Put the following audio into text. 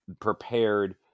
prepared